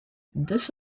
this